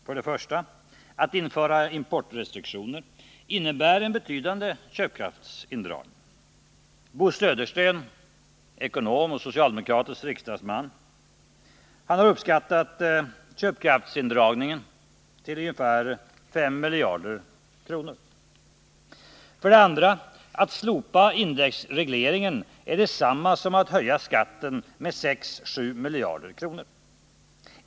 För det första: Att införa importdepositioner innebär en betydande köpkraftsindragning. Bo Södersten, ekonom och socialdemokratisk riksdagsman, uppskattar den till ungefär 5 miljarder kronor. För det andra: Att slopa indexregleringen är detsamma som att höja skatten med 6-7 miljarder kronor.